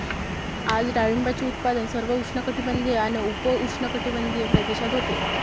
आज डाळिंबाचे उत्पादन सर्व उष्णकटिबंधीय आणि उपउष्णकटिबंधीय प्रदेशात होते